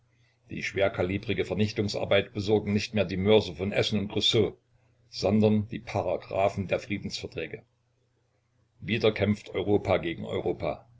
die schwerkalibrige vernichtungsarbeit besorgen nicht mehr die mörser von essen und creuzot sondern die paragraphen der friedensverträge wieder kämpft europa gegen europa